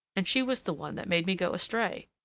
and she was the one that made me go astray.